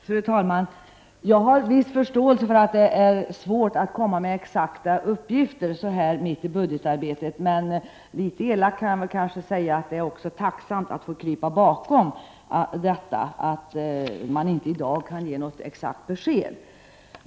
Fru talman! Jag har viss förståelse för att det är svårt för socialministern att lämna exakta uppgifter mitt i budgetarbetet. Men litet elakt kan jag kanske säga att det också är tacksamt för socialministern att få krypa bakom förklaringen att hon i dag inte kan ge något exakt besked.